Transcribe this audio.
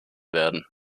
werden